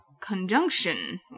conjunction